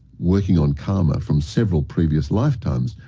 working on karma from several previous lifetimes.